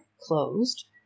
closed